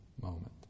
moment